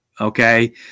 okay